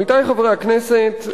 עמיתי חברי הכנסת,